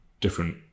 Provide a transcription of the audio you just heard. different